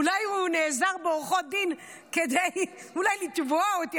אולי הוא נעזר בעורכות דין כדי לתבוע אותי,